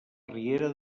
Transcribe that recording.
riera